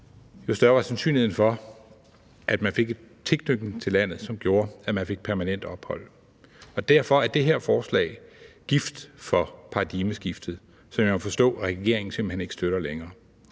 jo større var sandsynligheden for, at man fik en tilknytning til landet, som gjorde, at man fik permanent ophold. Derfor er det her forslag gift for paradigmeskiftet, som jeg må forstå at regeringen simpelt hen ikke støtter længere.